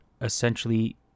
essentially